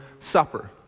supper